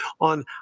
on